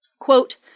quote